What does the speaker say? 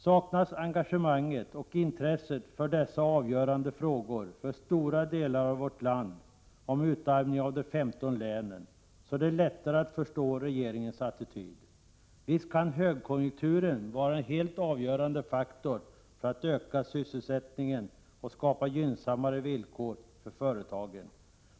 Om engagemanget och intresset saknas för dessa avgörande frågor för stora delar av vårt land när det gäller utarmningen av de 15 länen, så är det lättare att förstå regeringens attityd. Visst kan högkonjunkturen vara en helt avgörande faktor för att öka sysselsättningen och skapa gynnsammare villkor för företagen.